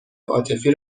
عاطفی